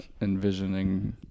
envisioning